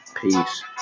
Peace